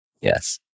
Yes